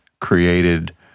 created